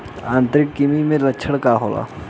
आंतरिक कृमि के लक्षण का होला?